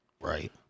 Right